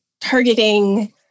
targeting